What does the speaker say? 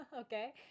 Okay